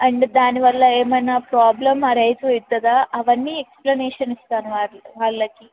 and దానివల్ల ఏమైనా problem arise అవుతుందా అవన్నీ ఎక్స్ప్లనేషన్ ఇస్తాను వాళ్ళకి